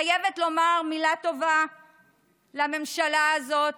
אני חייבת לומר מילה טובה לממשלה הזאת,